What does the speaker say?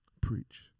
Preach